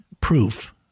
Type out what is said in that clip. proof